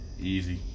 Easy